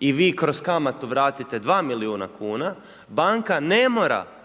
i vi kroz kamatu vratite 2 milijuna kuna, banke ne mora